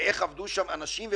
איך עבדו שם אנשים,